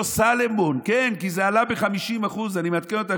סלמון כי זה עלה ב-50% אני מעדכן אותך,